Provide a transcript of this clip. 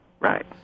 Right